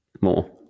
more